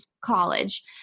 college